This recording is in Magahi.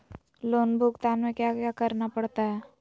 लोन भुगतान में क्या क्या करना पड़ता है